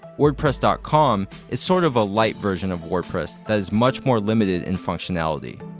wordpress dot com is sort of a lite version of wordpress, that is much more limited in functionality.